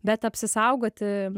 bet apsisaugoti